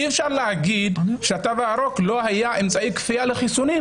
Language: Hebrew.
אי-אפשר להגיד שהתו הירוק לא היה אמצעי כפייה לחיסונים,